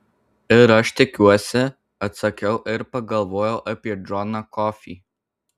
ir aš tikiuosi atsakiau ir pagalvojau apie džoną kofį